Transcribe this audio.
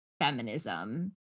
feminism